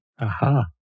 Aha